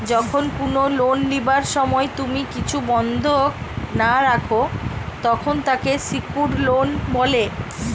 যখন কুনো লোন লিবার সময় তুমি কিছু বন্ধক না রাখো, তখন তাকে সেক্যুরড লোন বলে